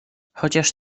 chociaż